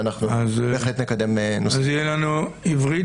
ואנחנו בהחלט נקדם נושאים --- אז יהיה לנו עברית,